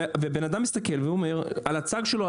בן אדם מסתכל ואומר על הצג שלו,